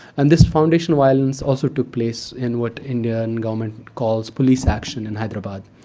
and this foundation violence also took place in what indian government calls police action in hyderabad.